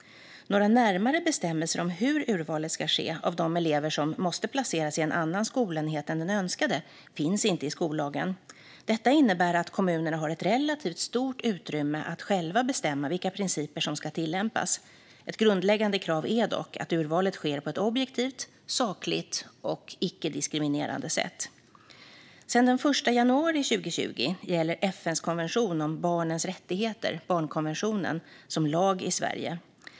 Några närmare bestämmelser om hur urvalet ska ske av de elever som måste placeras i en annan skolenhet än den önskade finns inte i skollagen. Detta innebär att kommunerna har ett relativt stort utrymme att själva bestämma vilka principer som ska tillämpas. Ett grundläggande krav är dock att urvalet sker på ett objektivt, sakligt och icke-diskriminerande sätt. Sedan den 1 januari 2020 gäller FN:s konvention om barnets rättigheter, barnkonventionen, som lag i Sverige.